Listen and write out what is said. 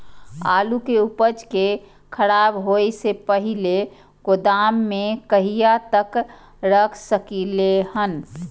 आलु के उपज के खराब होय से पहिले गोदाम में कहिया तक रख सकलिये हन?